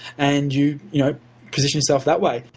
and you you know positioned yourself that way.